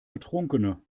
betrunkene